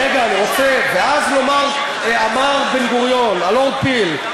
רגע, אני רוצה, ואז אמר בן-גוריון: הלורד פיל,